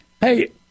Hey